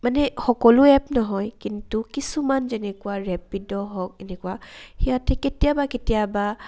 মানে সকলো এপ নহয় কিন্তু কিছুমান যেনেকুৱা ৰেপিড' হওক এনেকুৱা সিহঁতে কেতিয়াবা কেতিয়াবা